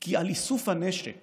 כי על איסוף הנשק